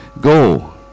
Go